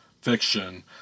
fiction